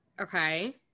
Okay